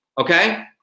Okay